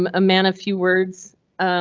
um a man of few words,